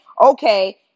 okay